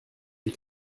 des